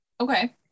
Okay